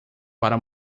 para